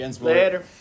Later